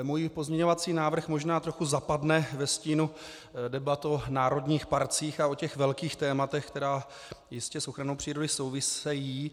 Můj pozměňovací návrh možná trochu zapadne ve stínu debat o národních parcích a o těch velkých tématech, která jistě s ochranou přírody souvisejí.